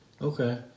Okay